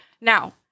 Now